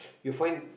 you find